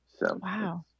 Wow